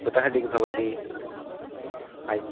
कुतः लीक् भवति पैप्